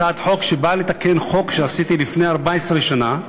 באה לתקן חוק שעשיתי לפני 14 שנה,